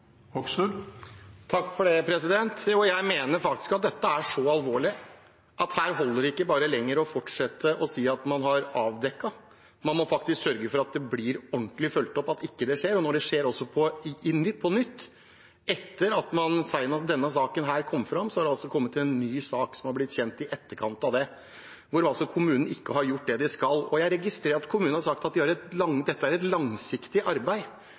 jeg mener faktisk at dette er så alvorlig at her holder det ikke lenger bare å fortsette å si at man har avdekket. Man må faktisk sørge for at det blir ordentlig fulgt opp, at det ikke skjer. Og det skjer altså på nytt. Etter at denne saken kom fram, har det kommet en ny sak, som er blitt kjent i etterkant av den, hvor kommunen altså ikke har gjort det den skal. Jeg registrerer at kommunen har sagt at dette er et langsiktig arbeid. Her kan det ikke være et langsiktig arbeid